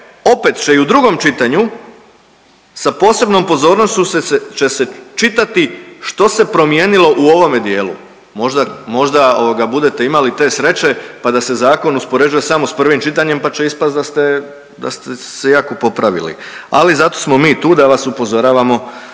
opće će i u drugom čitanju sa posebnom pozornošću će se čitati što se promijenilo u ovome dijelu. Možda, možda ovoga budete imali te sreće pa da se zakon uspoređuje samo s prvim čitanjem pa će ispast da ste, da ste se jako popravili, ali zato smo mi tu da vas upozoravamo,